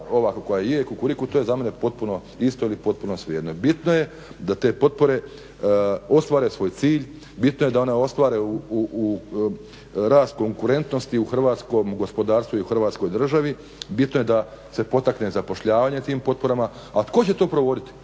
ova koja je, kukuriku, to je za mene potpuno isto ili potpuno svejedno. Bitno je da te potpore ostvare svoj cilj, bitno je da je ona ostvare rast konkurentnosti u hrvatskom gospodarstvu i u Hrvatskoj državi, bitno je da se potakne zapošljavanje tim potporama, a tko će to provoditi